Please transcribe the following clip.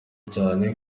cyane